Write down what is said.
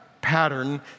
Pattern